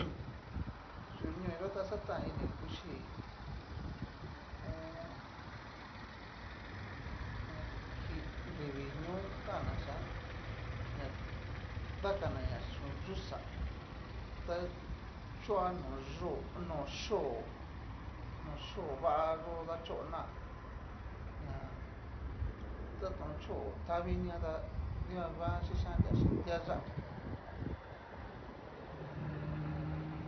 Yu ñoixo ta xatan ini kuchi ho o on. anria kacho nrivii ñoo kan'na xian, ña dakanaña xin yuxa, ta chua no yó no yo'ó, no yo'ó va yo dachona, ña taton chó tavinia ta dikuan nguan kixanria chin tiayá.